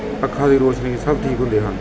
ਅੱਖਾਂ ਦੀ ਰੋਸ਼ਨੀ ਸਭ ਠੀਕ ਹੁੰਦੇ ਹਨ